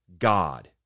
God